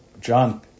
John